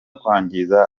kwangiza